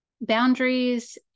boundaries